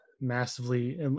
massively